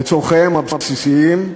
את צורכיהם הבסיסיים,